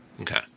Okay